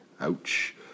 Ouch